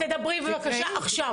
טוב, תקראי לסדר.